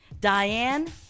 Diane